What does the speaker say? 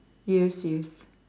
yes yes